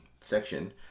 section